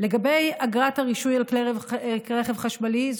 לגבי אגרת הרישוי על כלי רכב חשמליים,